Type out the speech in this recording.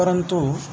परन्तु